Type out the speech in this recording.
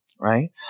right